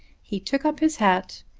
he took up his hat,